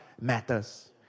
matters